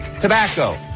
tobacco